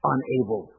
Unable